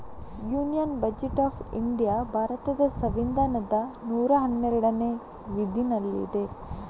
union budget of India ಭಾರತದ ಸಂವಿಧಾನದ ನೂರಾ ಹನ್ನೆರಡನೇ ವಿಧಿನಲ್ಲಿದೆ